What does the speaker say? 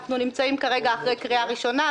אנחנו נמצאים כרגע אחרי קריאה ראשונה,